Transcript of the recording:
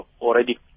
already